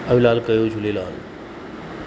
आयो लाल कयो झूलेलाल